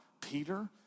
Peter